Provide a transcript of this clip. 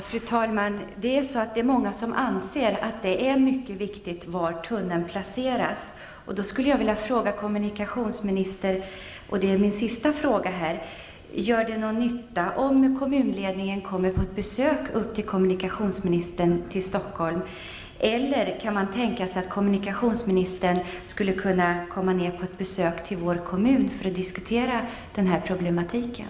Fru talman! Det är många som anser att det är mycket viktigt var tunneln placeras. Jag vill ställa en sista fråga till kommunikationsministern. Gör det någon nytta om kommunledningen kommer på besök hos kommunikationsministern i Stockholm, eller skulle man kunna tänka sig att kommunikationsministern kunde komma ner på ett besök till vår kommun för att diskutera den här problematiken?